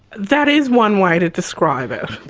that is one way to describe it,